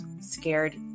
scared